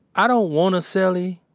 i don't want a so cellie,